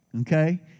Okay